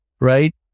right